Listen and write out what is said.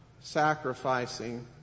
Sacrificing